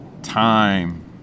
time